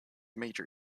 major